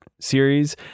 series